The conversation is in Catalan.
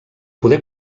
poder